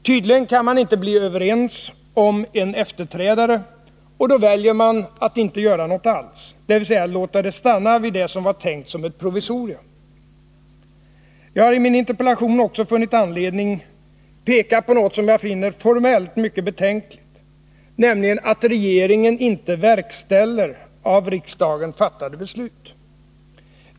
Tydligen kan man inte bli överens om en efterträdare, och då väljer man att inte göra något alls, dvs. låta det stanna vid det som var tänkt som ett provisorium. Jag har i min interpellation också funnit anledning peka på något som jag finner formellt mycket betänkligt, nämligen att regeringen inte verkställer av riksdagen fattade beslut.